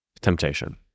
temptation